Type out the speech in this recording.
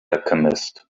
alchemist